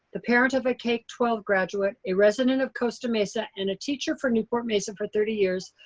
the parent of a k twelve graduate, a resident of costa mesa and a teacher for newport-mesa for thirty years,